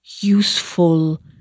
useful